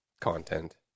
content